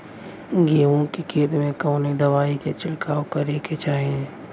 गेहूँ के खेत मे कवने दवाई क छिड़काव करे के चाही?